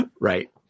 Right